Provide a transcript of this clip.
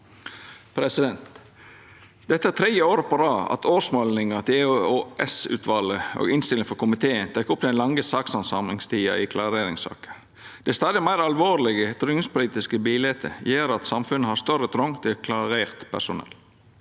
juni-saka. Dette er tredje året på rad at årsmeldinga til EOS-utvalet og innstillinga frå komiteen tek opp den lange sakshandsamingstida i klareringssaker. Det stadig meir alvorlege tryggingspolitiske biletet gjer at samfunnet har større trong til klarert personell.